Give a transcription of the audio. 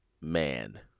man